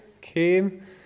came